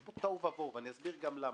יש פה תוהו ובוהו, ואסביר למה.